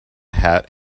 hat